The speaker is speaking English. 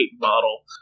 model